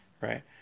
right